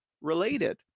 related